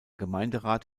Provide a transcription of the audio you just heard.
gemeinderat